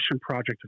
project